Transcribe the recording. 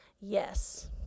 Yes